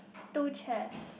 two chest